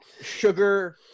sugar